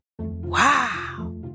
Wow